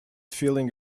feeling